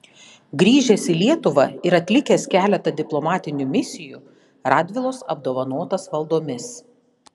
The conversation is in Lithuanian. grįžęs į lietuvą ir atlikęs keletą diplomatinių misijų radvilos apdovanotas valdomis